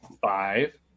five